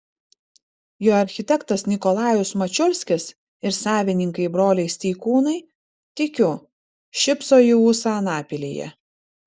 jo architektas nikolajus mačiulskis ir savininkai broliai steikūnai tikiu šypso į ūsą anapilyje